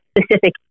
specific